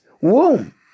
womb